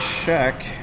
check